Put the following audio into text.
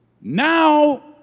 Now